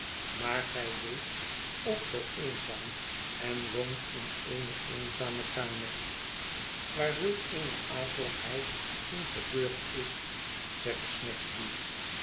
maar gij leeft ook zoo eenzaam en woont in eene eenzame kamer waar zulk eene akeligheid in gebeurd is zegt